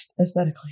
aesthetically